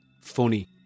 Funny